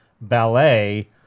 ballet